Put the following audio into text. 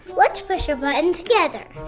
let's push a button together!